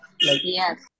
yes